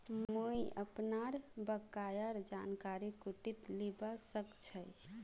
मुई अपनार बकायार जानकारी कुंठित लिबा सखछी